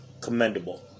commendable